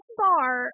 bar